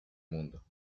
mundo